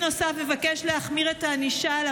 אנו מבקשים בה להקנות לחקלאים הגנה מתופעות שכיחות